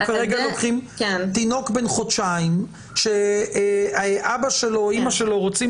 כרגע לוקחים תינוק בן חודשיים שאבא שלו או אימא שלו רוצים